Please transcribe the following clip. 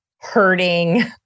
hurting